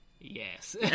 yes